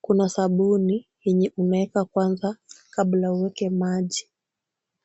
kuna sabuni yenye unaweka kwanza kabla uweke maji.